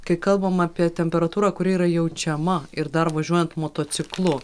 kai kalbam apie temperatūrą kuri yra jaučiama ir dar važiuojant motociklu